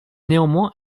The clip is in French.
néanmoins